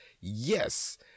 yes